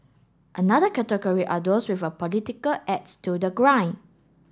another category are those with a political axe to the grind